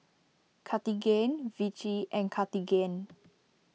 Cartigain Vichy and Cartigain